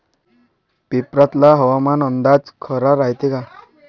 पेपरातला हवामान अंदाज खरा रायते का?